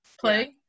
play